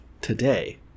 today